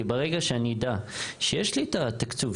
כי ברגע שאני אדע שיש לי את התקצוב,